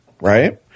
right